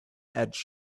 edge